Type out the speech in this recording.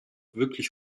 wirklich